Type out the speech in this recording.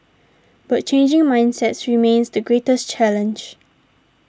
but changing mindsets remains the greatest challenge